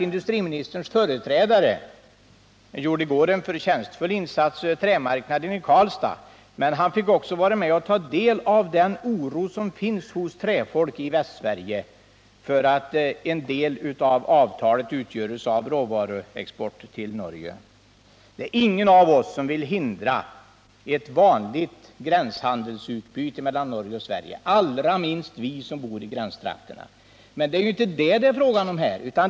Industriministerns företrädare gjorde i går en förtjänstfull insats på trämarknaden i Karlstad. Han fick också ta del av den oro som finns hos träfolk i Västsverige för att en del av Volvoavtalet utgörs av råvaruexport till Norge. Ingen av oss vill hindra ett vanligt gränshandelsutbyte mellan Norge och Sverige - allra minst vi som bor i gränstrakterna — men det är inte fråga om detta här.